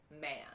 man